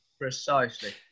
Precisely